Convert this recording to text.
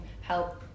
help